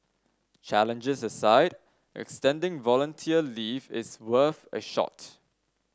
challenges aside extending volunteer leave is worth a shot